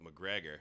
McGregor